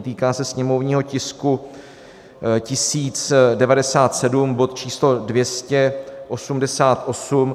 týká se sněmovního tisku 1097, bod číslo 288.